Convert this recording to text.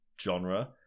genre